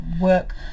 work